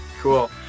cool